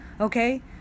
Okay